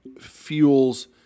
fuels